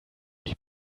die